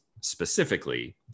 specifically